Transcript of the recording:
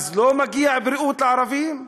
אז לא מגיעה בריאות לערבים?